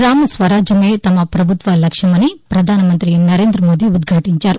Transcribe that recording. గ్రామ స్వరాజ్యమే తమ ప్రభుత్వ లక్ష్యమని ప్రధాన మంతి నరేంద్ర మోదీ ఉద్యాటించారు